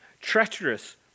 treacherous